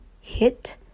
hit